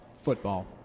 football